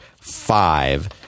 five